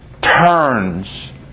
turns